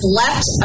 left